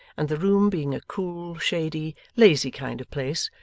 and the room being a cool, shady, lazy kind of place,